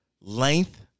length